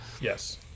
Yes